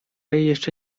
jeszcze